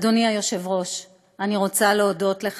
אדוני היושב-ראש, אני רוצה להודות לך,